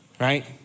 right